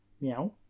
meow